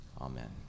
Amen